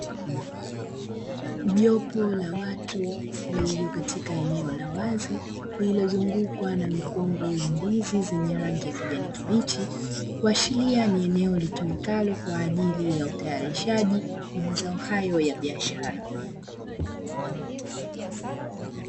Jopo la watu waliokatika eneo la wazi lililozungukwa na mikungu ya ndizi zenye rangi ya kijani kibichi, kuashiria ni eneo linalotumika kwa ajili ya utayarishaji wa mazao hayo ya biashara.